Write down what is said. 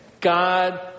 God